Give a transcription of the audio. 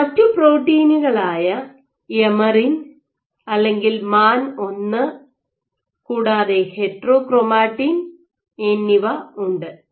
മറ്റു പ്രോട്ടീനുകളായ എമറിൻ അല്ലെങ്കിൽ മാൻ 1 കൂടാതെ ഹെറ്ററോക്രോമറ്റിൻ എന്നിവ ഉണ്ട്